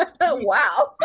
Wow